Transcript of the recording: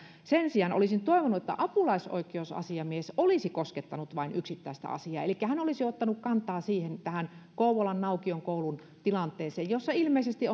sen sijaan olisin toivonut että apulaisoikeusasiamies olisi koskettanut vain yksittäistä asiaa elikkä hän olisi ottanut kantaa tähän kouvolan naukion koulun tilanteeseen jossa ilmeisesti